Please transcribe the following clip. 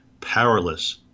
powerless